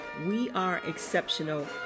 WeAreExceptional